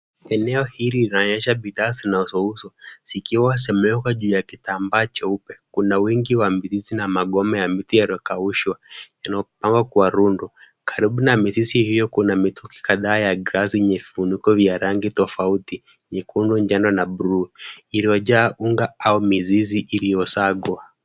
Eneo hili linaonyesha bidhaa zinazouzwa, zikiwa zimewekwa juu ya kitambaa cheupe. Kuna wingi wa mizizi na magome ya miti yalokaushwa yamepangwa kwa rundo. Karibu na mizizi hiyo kuna mitungi kadhaa ya glasi yenye vifuniko vya rangi tofauti, nyekundu, njano na buluu, iliyojaa unga au mizizi iliyosagwa.